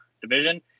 division